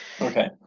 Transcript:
Okay